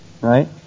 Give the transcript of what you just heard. right